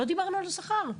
לא דיברנו על השכר.